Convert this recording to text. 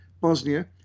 Bosnia